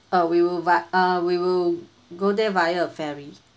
uh we will vi~ uh we will go there via a ferry